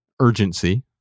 urgency